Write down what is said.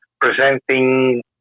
presenting